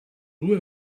due